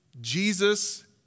Jesus